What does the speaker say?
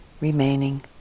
remaining